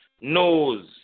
knows